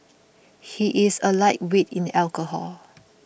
he is a lightweight in alcohol